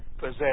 possess